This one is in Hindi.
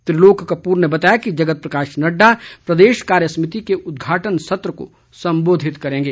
त्रिलोक कपूर ने बतया कि जगत प्रकाश नड्डा प्रदेश कार्य समिति के उद्घाटन सत्र को संबोधित करेंगे